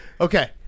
Okay